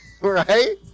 Right